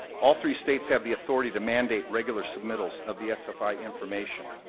all three states have the authority to mandate regular submittals of the sfi information.